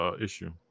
issue